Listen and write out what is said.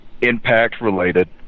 impact-related